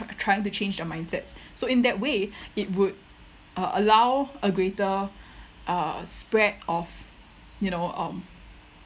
trying to change their mindsets so in that way it would uh allow a greater uh spread of you know um